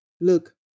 Look